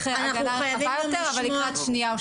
הגנה רחבה יותר אבל לקראת שנייה ושלישית.